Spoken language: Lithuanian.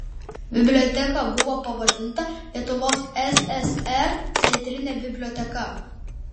biblioteka buvo pavadinta lietuvos ssr centrine biblioteka